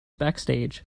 backstage